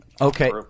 Okay